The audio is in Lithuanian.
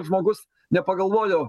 žmogus nepagalvojo